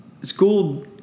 school